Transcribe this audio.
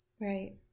Right